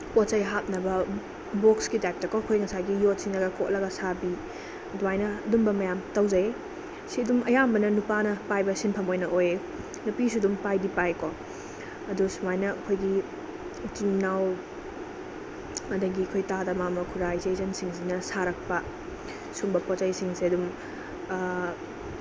ꯄꯣꯠ ꯆꯩ ꯍꯥꯞꯅꯕ ꯕꯣꯛꯁꯀꯤ ꯇꯥꯏꯞꯇꯀꯣ ꯑꯩꯈꯣꯏ ꯉꯁꯥꯏꯒꯤ ꯌꯣꯠꯁꯤꯅꯒ ꯀꯣꯠꯂꯒ ꯁꯥꯕꯤ ꯑꯗꯨꯃꯥꯏꯅ ꯑꯗꯨꯝꯕ ꯃꯌꯥꯝ ꯇꯧꯖꯩ ꯁꯤ ꯑꯗꯨꯝ ꯑꯌꯥꯝꯕꯅ ꯅꯨꯄꯥꯅ ꯄꯥꯏꯕ ꯁꯤꯟꯐꯝ ꯑꯣꯏꯅ ꯑꯣꯏꯌꯦ ꯅꯨꯄꯤꯁꯨ ꯑꯗꯨꯝ ꯄꯥꯏꯗꯤ ꯄꯥꯏꯀꯣ ꯑꯗꯨ ꯁꯨꯃꯥꯏꯅ ꯑꯩꯈꯣꯏꯒꯤ ꯏꯆꯤꯟ ꯏꯅꯥꯎ ꯑꯗꯒꯤ ꯑꯩꯈꯣꯏ ꯇꯥꯗ ꯃꯥꯝꯃ ꯈꯨꯔꯥ ꯏꯆꯦ ꯏꯆꯟꯁꯤꯡꯁꯤꯅ ꯁꯥꯔꯛꯄ ꯁꯨꯝꯕ ꯄꯣꯠ ꯆꯩꯁꯤꯡꯁꯦ ꯑꯗꯨꯝ